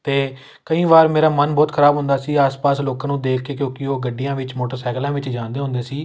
ਅਤੇ ਕਈ ਵਾਰ ਮੇਰਾ ਮਨ ਬਹੁਤ ਖ਼ਰਾਬ ਹੁੰਦਾ ਸੀ ਆਸ ਪਾਸ ਲੋਕਾਂ ਨੂੰ ਦੇਖ ਕੇ ਕਿਉਂਕਿ ਉਹ ਗੱਡੀਆਂ ਵਿੱਚ ਮੋਟਰਸਾਈਕਲਾਂ ਵਿੱਚ ਜਾਂਦੇ ਹੁੰਦੇ ਸੀ